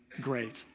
great